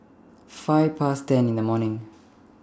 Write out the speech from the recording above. five Past ten in The morning